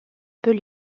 peut